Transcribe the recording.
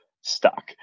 stuck